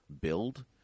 build